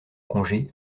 congé